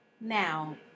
Now